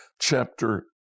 chapter